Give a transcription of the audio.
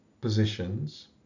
positions